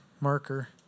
marker